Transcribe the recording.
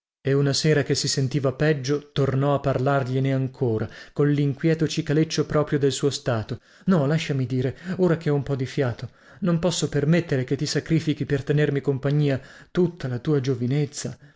e una sera che si sentiva peggio torno a parlargliene ancora collinquieto cicaleccio proprio del suo stato no lasciami dire ora che ho un po di fiato non posso permettere che ti sacrifichi per tenermi compagnia tutta la tua giovinezza